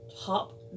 top